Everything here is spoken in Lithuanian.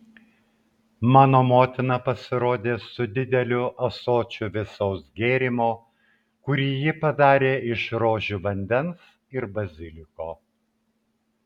mano motina pasirodė su dideliu ąsočiu vėsaus gėrimo kurį ji padarė iš rožių vandens ir baziliko